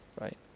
right